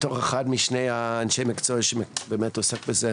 בתור אחד משני אנשי המקצוע שבאמת עוסק בזה,